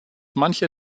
manche